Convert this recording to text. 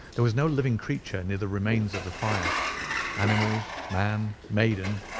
there was no living creature near the remains of the fire animals, man, maiden,